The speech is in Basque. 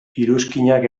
iruzkinak